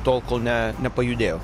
tol kol ne nepajudėjau